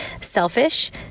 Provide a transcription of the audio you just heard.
selfish